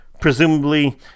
Presumably